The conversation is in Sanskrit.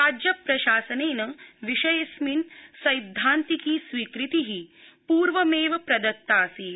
राज्य प्रशासनेन विषयेऽस्मिन् सैद्धान्तिकी स्वीकृति पूर्वमेव प्रदत्ता आसीत्